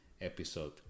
episode